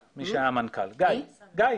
גיא.